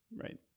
Right